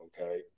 Okay